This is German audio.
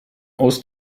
aus